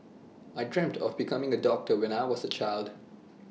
I dreamt of becoming A doctor when I was A child